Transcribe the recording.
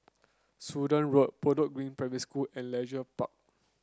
Sudan Road Bedok Green Primary School and Leisure Park